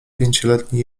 pięcioletni